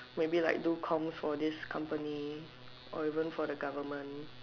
maybe like do coms for this company or even for the government